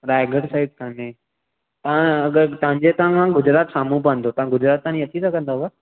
Raigad side कान्हे तव्हां अगरि तव्हांजे तर्फ़ां गुजरात साम्हूं पवंदो तव्हां गुजरात ताईं अची सघंदव